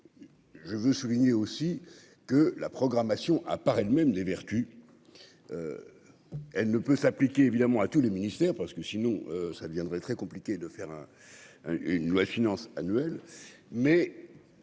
je veux souligner aussi que la programmation à part elle-même des vertus, elle ne peut s'appliquer évidemment à tous les ministères, parce que sinon ça deviendrait très compliqué de faire un un, une loi de finance annuelles mais